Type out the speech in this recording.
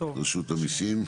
רשות המיסים.